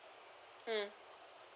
mm